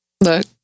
Look